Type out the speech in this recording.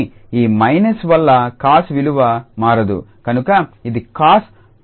కానీ ఈ మైనస్ వల్ల cos విలువ మారదు కనుక ఇది cos−𝑥cos𝑥